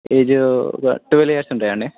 age twelve years ఉంటాయా అండి